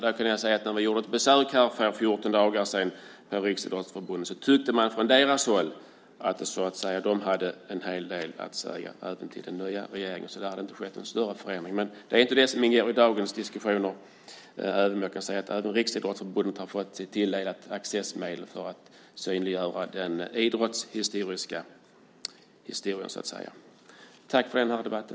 När vi för 14 dagar sedan gjorde ett besök på Riksidrottsförbundet hade de en hel del att säga även till den nya regeringen. Det hade alltså inte skett någon större förändring. Men det är inte det dagens diskussion gäller, även om jag kan säga att även Riksidrottsförbundet har fått sitt tillägg av Accessmedel för att synliggöra idrottshistorien. Tack för debatten!